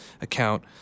account